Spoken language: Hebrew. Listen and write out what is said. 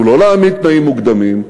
הוא לא להעמיד תנאים מוקדמים,